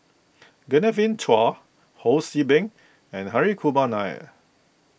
Genevieve Chua Ho See Beng and Hri Kumar Nair